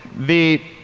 the